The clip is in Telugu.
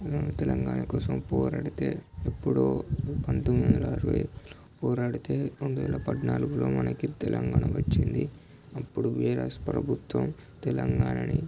తెలంగాణ కోసం పోరాడితే ఎప్పుడో పంతొమ్మిది వందల అరవై ఐదులో పోరాడితే రెండు వేల పద్నాలుగులో మనకి తెలంగాణ వచ్చింది అప్పుడు బిఆర్ఎస్ ప్రభుత్వం తెలంగాణని